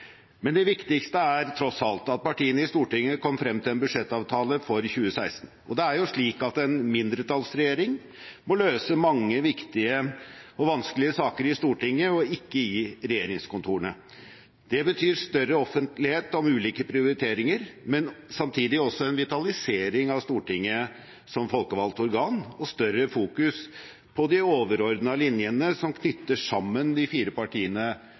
men det viktigste er tross alt at partiene i Stortinget kom frem til en budsjettavtale for 2016. Det er jo slik at en mindretallsregjering må løse mange viktige og vanskelige saker i Stortinget og ikke i regjeringskontorene. Det betyr større offentlighet om ulike prioriteringer, men samtidig også en vitalisering av Stortinget som folkevalgt organ og større fokus på de overordnede linjene som knytter sammen de fire partiene